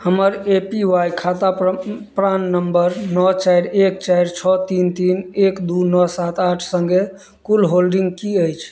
हमर A P Y खाता PRAN number नओ चारि एक चारि छओ तीन तीन एक दू नओ सात आठ सङ्गे कुल होल्डिंग की अछि